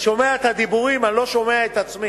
אני שומע את הדיבורים, ואני לא שומע את עצמי.